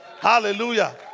Hallelujah